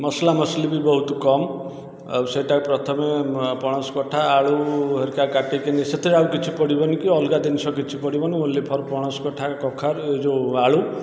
ମସଲା ମସଲି ବି ବହୁତ କମ୍ ଆଉ ସେଇଟା ପ୍ରଥମେ ପଣସ କଠା ଆଳୁ ହେରିକା କାଟିକିନି ସେଥିରେ ଆଉ କିଛି ପଡ଼ିବନି କି ଅଲଗା ଜିନିଷ କିଛି ପଡ଼ିବନି ଓନ୍ଲି ଫର୍ ପଣସ କଠା କଖାରୁ ଯେଉଁ ଆଳୁ